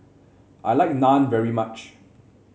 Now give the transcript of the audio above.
I like Naan very much